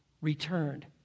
returned